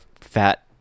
fat